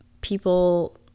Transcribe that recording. people